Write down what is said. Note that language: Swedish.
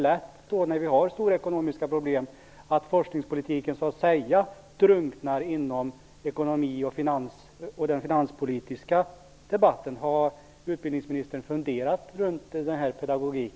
Nu när vi har stora ekonomiska problem är det lätt hänt att forskningspolitiken så att säga drunknar i den ekonomiska och finanspolitiska debatten. Har utbildningsministern funderat på denna pedagogik?